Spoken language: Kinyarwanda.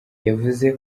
yavuze